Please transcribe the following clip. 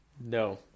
no